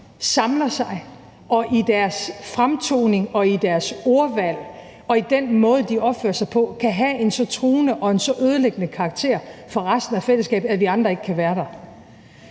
samler sig og i deres fremtoning og deres ordvalg og i den måde, de opfører sig på, kan være så truende og have en så ødelæggende karakter for resten af fællesskabet, at vi andre ikke kan være der.